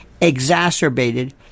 exacerbated